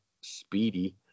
speedy